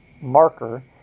marker